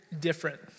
different